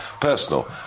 personal